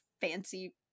fancy